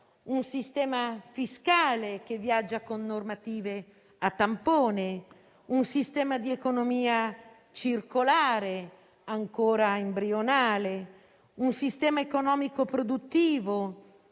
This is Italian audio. un sistema fiscale che viaggia con normative a tampone; un sistema di economia circolare ancora embrionale; un sistema economico e produttivo